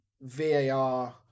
VAR